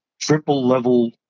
triple-level